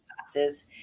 classes